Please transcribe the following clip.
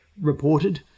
reported